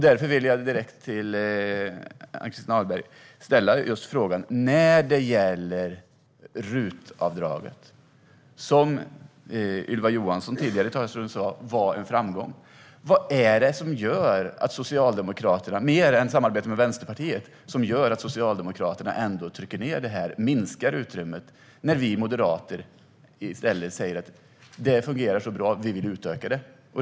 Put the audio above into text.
Därför vill jag direkt till Ann-Christin Ahlberg ställa frågan: När det gäller RUT-avdraget, som Ylva Johansson tidigare i talarstolen sa var en framgång, vad är det, mer än samarbetet med Vänsterpartiet, som gör att Socialdemokraterna ändå trycker ned detta och minskar utrymmet? Vi moderater säger att det fungerar så bra att vi vill utöka det.